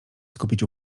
skupić